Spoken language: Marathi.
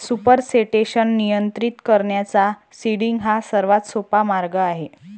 सुपरसेटेशन नियंत्रित करण्याचा सीडिंग हा सर्वात सोपा मार्ग आहे